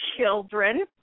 children